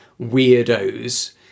weirdos